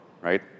right